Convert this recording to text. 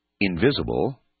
invisible